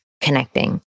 connecting